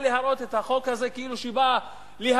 להראות את החוק הזה כאילו הוא בא להגן,